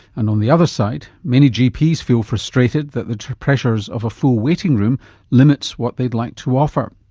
and on the other side, many gps feel frustrated that the pressures of a full waiting room limits what they'd like to offer.